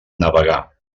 navegar